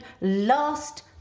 last